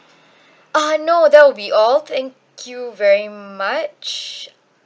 uh no that would be all thank you very much